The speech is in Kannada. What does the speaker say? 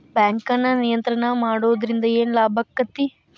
ಬ್ಯಾಂಕನ್ನ ನಿಯಂತ್ರಣ ಮಾಡೊದ್ರಿಂದ್ ಏನ್ ಲಾಭಾಕ್ಕತಿ?